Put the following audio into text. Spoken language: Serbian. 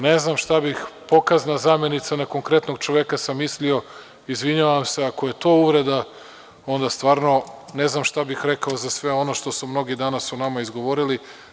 Ne znam šta bi pokazna zamenica, na konkretnog čoveka sam mislio, izvinjavam se ako je to uvreda, onda stvarno ne znam šta bih rekao za sve ono što su mnogi danas o nama izgovorili.